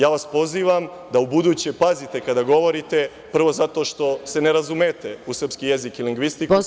Ja vas pozivam da ubuduće pazite kada govorite, prvo, zato što se ne razumete u srpski jezik i lingvistiku, to nije vaša struka.